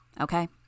Okay